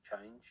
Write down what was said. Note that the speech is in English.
change